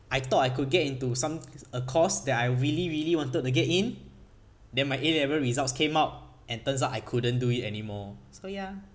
I thought I could get into some a course that I really really wanted to get in then my A level results came out and turns I couldn't do it anymore so ya